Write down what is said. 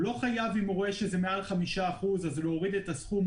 הוא לא חייב אם הוא רואה שזה מעל 5% להוריד את הסכום,